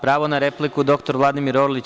Pravo na repliku dr Vladimir Orlić.